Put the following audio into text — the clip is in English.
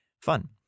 Fun